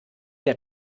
der